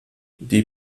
die